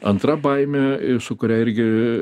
antra baimė su kuria irgi